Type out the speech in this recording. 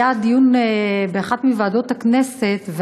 היה דיון באחת מוועדות הכנסת,